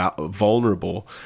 vulnerable